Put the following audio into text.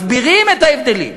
מסבירים את ההבדלים.